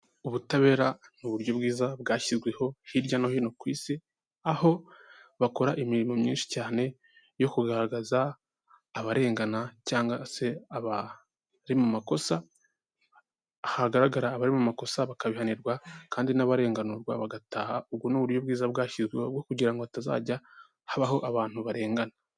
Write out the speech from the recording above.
Ubutabera ni uburyo bwiza bwashyizweho hirya no hino ku isi, aho bakora imirimo myinshi cyane yo kugaragaza abarengana cyangwa se abari mu makosa, hagaragara abari mu makosa bakabihanirwa kandi n'abarenganurwa bagataha, ubwo ni uburyo bwiza bwashyizweho bwo kugira ngo hatazajya habaho abantu barengana.